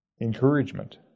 Encouragement